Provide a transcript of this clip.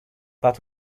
but